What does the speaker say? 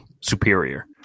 superior